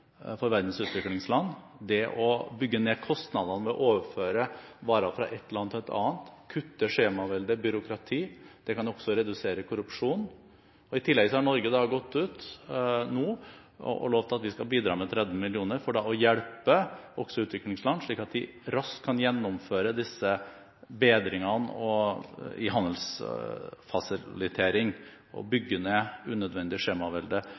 for verdens utviklingsland. Det å bygge ned kostnadene ved å overføre varer fra ett land til et annet og kutte i skjemavelde og byråkrati kan også redusere korrupsjon. I tillegg har Norge nå gått ut og lovet at vi skal bidra med 30 mill. kr for å hjelpe utviklingsland, slik at de raskt kan gjennomføre bedringene når det gjelder handelsfasiliteter, og bygge ned unødvendig skjemavelde